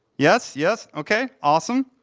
yes? yes? okay, awesome.